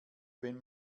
wenn